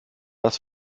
das